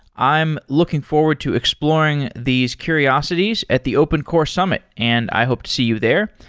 i am looking forward to exploring these curiosities at the open core summit, and i hope to see you there.